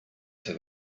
have